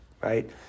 right